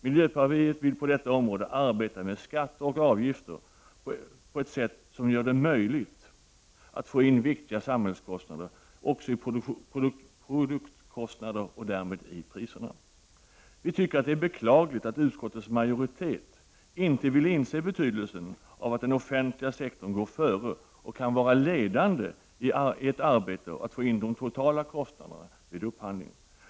Miljöpartiet vill på detta område arbeta med skatter och avgifter på ett sätt som gör det möjligt att få in viktiga samhällskostnader också i produktkostnaderna och därmed i priserna. Vi tycker att det är beklagligt att utskot tets majoritet inte vill inse betydelsen av att den offentliga sektorn går före och kan vara ledande i ett arbete att få in de totala kostnaderna vid upphandlingen.